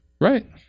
Right